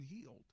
healed